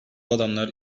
adamlar